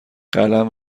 قلم